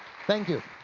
thank you.